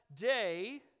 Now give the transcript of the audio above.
day